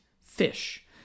fish